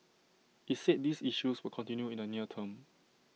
IT said these issues would continue in the near term